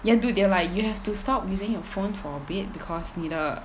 ya dude they're like you have to stop using your phone for a bit because 你的